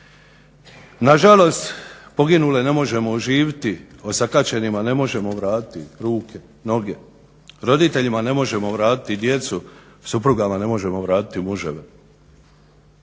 Nažalost, poginule ne možemo oživiti, osakaćenima ne možemo vratiti ruke, noge, roditeljima ne možemo vratiti djecu, suprugama ne možemo vratiti muževe.